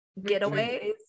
getaways